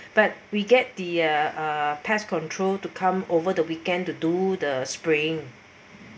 but we get the a pest control to come over the weekend to do the spraying